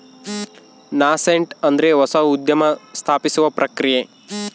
nascent ಅಂದ್ರೆ ಹೊಸ ಉದ್ಯಮ ಸ್ಥಾಪಿಸುವ ಪ್ರಕ್ರಿಯೆ